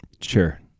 Sure